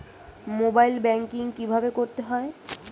Mobile banking কীভাবে করতে হয়?